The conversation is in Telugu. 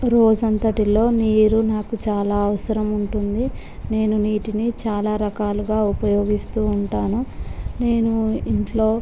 రోజు అంతటిలో నీరు నాకు చాలా అవసరం ఉంటుంది నేను నీటిని చాలా రకాలుగా ఉపయోగిస్తూ ఉంటాను నేను ఇంట్లో